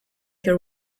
your